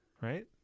right